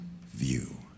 view